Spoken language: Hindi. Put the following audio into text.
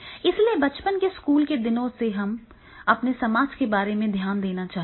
इसलिए बचपन के स्कूल के दिनों से हमें अपने समाज के बारे में ध्यान देना चाहिए